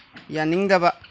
ꯌꯥꯅꯤꯡꯗꯕ